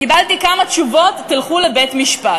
קיבלתי כמה תשובות: תלכו לבית-משפט.